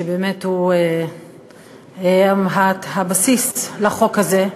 שבאמת היה הבסיס לחוק הזה,